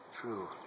True